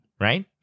right